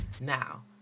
Now